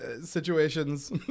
situations